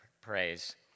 praise